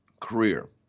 Career